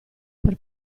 per